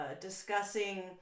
discussing